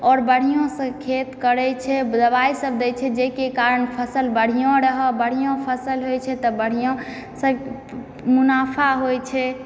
और बढ़िऑं सऽ खेत करै छै दबाइ सब दै छै जाहि के कारण फसल बढ़िऑं रहऽ बढ़िऑं फसल रहै छै तऽ बढ़िऑं सऽ मुनाफा होइ छै